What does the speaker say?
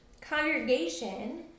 congregation